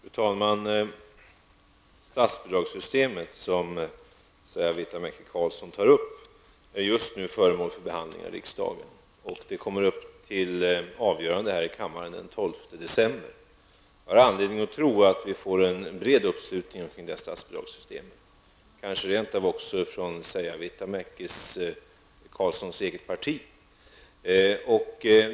Fru talman! Det statsbidragssystem som Seija Viitamäki-Carlsson tar upp är just nu föremål för behandling i riksdagen. Det kommer upp till avgörande här i kammaren den 12 december. Jag har anledning att tro att vi får en bred uppslutning kring detta statsbidragssystem, kanske rent av även från Seija Viitamäki-Carlssons eget parti.